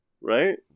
right